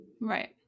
Right